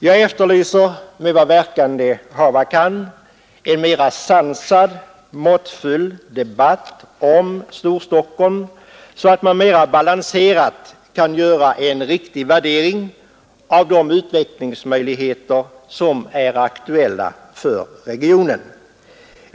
Jag efterlyser — till den verkan det hava kan — en mera sansad, måttfull debatt om Storstockholm, så att man mera balanserat kan göra en riktig värdering av de utvecklingsmöjligheter som är aktuella för regionen.